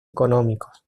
económicos